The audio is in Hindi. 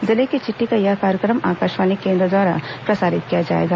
जिले की चिट्ठी का यह कार्यक्रम आकाशवाणी केंद्र रायपुर द्वारा प्रसारित किया जाएगा